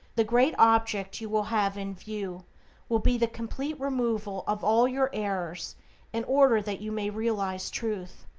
the great object you will have in view will be the complete removal of all your errors in order that you may realize truth.